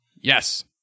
yes